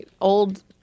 old